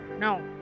No